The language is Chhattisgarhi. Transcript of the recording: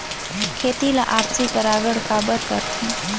खेती ला आपसी परागण काबर करथे?